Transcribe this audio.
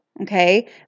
Okay